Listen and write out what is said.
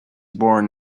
born